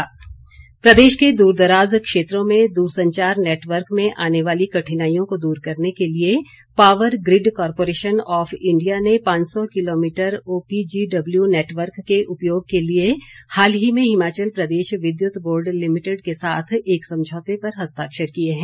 दुरसंचार network प्रदेश के दूरदराज क्षेत्रों में दूर संचार नेटवर्क में आने वाली कठिनाईयों को दूर करने के लिए power grid corporation of India ने पांच सौ किलोमीटर ओपीजीडब्ल्यू नेटवर्क के उपयोग के लिए हाल ही में हिमाचल प्रदेश विद्युत बोर्ड लिमिटिड के साथ एक समझौते पर हस्ताक्षर किए हैं